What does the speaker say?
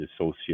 associate